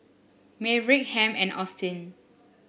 Maverick Hamp and Austin